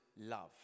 love